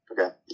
Okay